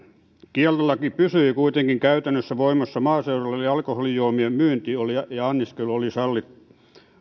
kieltolaki pysyi kuitenkin käytännössä voimassa maaseudulla ja alkoholijuomien myynti ja ja anniskelu oli